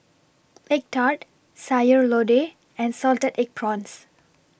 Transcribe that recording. Egg Tart Sayur Lodeh and Salted Egg Prawns